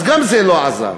אז גם זה לא עזר.